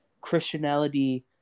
christianity